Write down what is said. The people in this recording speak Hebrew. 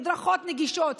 במדרכות נגישות,